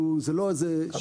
הוא, זה לא איזה שיווק.